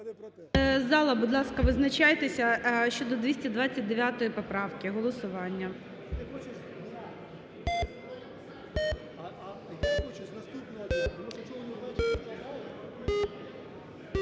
Зала, будь ласка, визначайтеся щодо 229 поправки голосуванням.